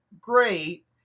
great